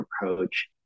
approach